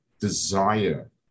desire